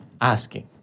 asking